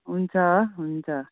हुन्छ हुन्छ